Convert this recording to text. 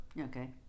Okay